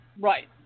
Right